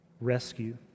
rescue